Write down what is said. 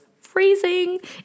freezing